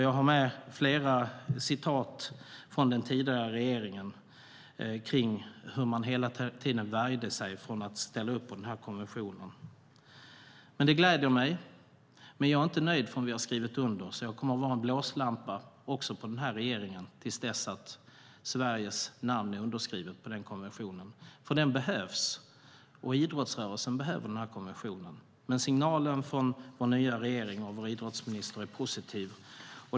Jag har flera citat från den tidigare regeringen som visar hur man hela tiden värjde sig mot att ställa sig bakom den här konventionen. Det gläder mig, men jag är inte nöjd förrän vi har skrivit under. Så jag kommer att vara en blåslampa också på den här regeringen till dess att Sveriges underskrift finns på konventionen, för den behövs och idrottsrörelsen behöver den. Men signalen från den nya regeringen och idrottsministern är positiv.